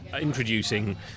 introducing